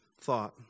thought